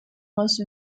most